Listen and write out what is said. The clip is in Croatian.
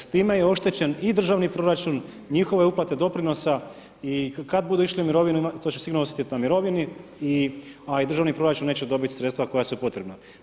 S time je oštećen i državni proračun i njihove uplate doprinosa i kad budu išli u mirovinu, to će sigurno osjetiti na mirovini, a i državni proračun neće dobiti sredstva koja su potrebna.